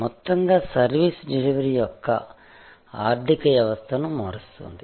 మొత్తంగా service delivery యొక్క ఆర్థిక వ్యవస్థను మారుస్తుంది